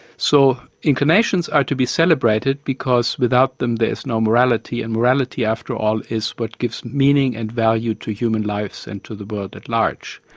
so, inclinations are to be celebrated because without them there is no morality and morality, after all, is what gives meaning and value to human lives and to the world at large.